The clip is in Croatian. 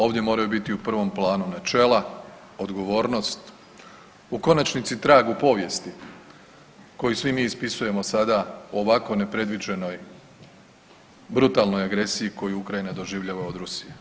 Ovdje moraju biti u prvom planu načela, odgovornost, u konačnici tragu povijesti koji svi mi ispisujemo sada u ovako nepredviđenoj brutalnoj agresiji koju Ukrajina doživljava od Rusije.